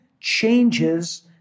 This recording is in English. changes